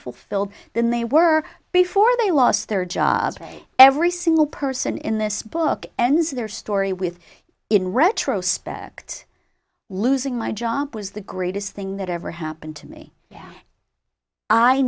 fulfilled than they were before they lost their job every single person in this book ends their story with in retrospect losing my job was the greatest thing that ever happened to me